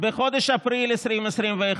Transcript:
בחודש אפריל 2021,